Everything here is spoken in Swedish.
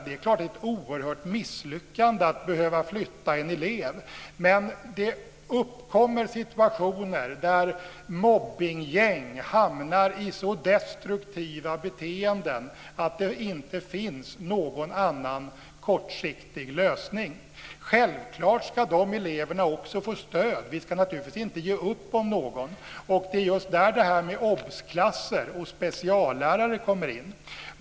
Det är klart att det är ett oerhört misslyckande att behöva flytta en elev. Men det uppkommer situationer där mobbningsgäng hamnar i så destruktiva beteenden att det inte finns någon annan kortsiktig lösning. Självklart ska också de eleverna få stöd. Vi ska naturligtvis inte ge upp om någon. Det är just där som obsklasser och speciallärare kommer in.